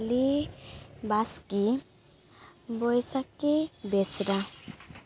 Mitali Baskey Baishakhi Besra